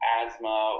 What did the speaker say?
asthma